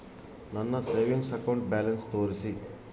ನನ್ನ savings account balance ತೋರಿಸಿ?